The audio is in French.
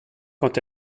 quand